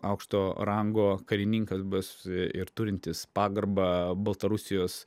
aukšto rango karininkas buvęs ir turintis pagarbą baltarusijos